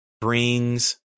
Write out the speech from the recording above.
brings